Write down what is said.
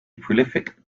prolific